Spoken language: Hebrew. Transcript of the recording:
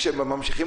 כשהם ממשיכים,